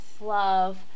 Love